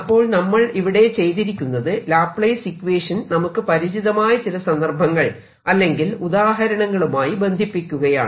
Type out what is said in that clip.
അപ്പോൾ നമ്മൾ ഇവിടെ ചെയ്തിരിക്കുന്നത് ലാപ്ലേസ് ഇക്വേഷൻ നമുക്ക് പരിചിതമായ ചില സന്ദർഭങ്ങൾ അല്ലെങ്കിൽ ഉദാഹരണങ്ങളുമായി ബന്ധിപ്പിക്കുകയാണ്